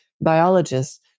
biologists